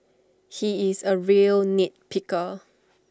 he is A real nit picker